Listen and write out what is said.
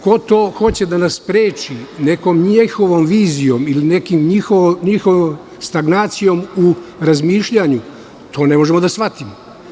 Ko to hoće da nas spreči nekom njihovom vizijom ili nekom njihovom stagnacijom u razmišljanju, to ne možemo da shvatimo.